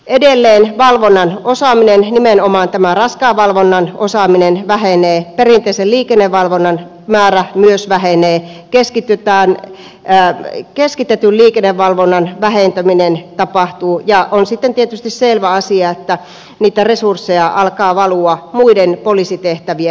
edelleen valvonnan osaaminen nimenomaan tämä raskaan valvonnan osaaminen vähenee myös perinteisen liikennevalvonnan määrä vähenee keskitetyn liikennevalvonnan vähentäminen tapahtuu ja on sitten tietysti selvä asia että niitä resursseja alkaa valua muiden poliisitehtävien hoitoon